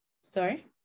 Sorry